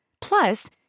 Plus